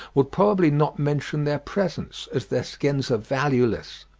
would probably not mention their presence, as their skins are valueless.